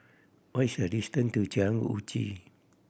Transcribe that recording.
what is the distance to Jalan Uji